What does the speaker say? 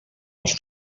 els